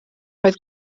roedd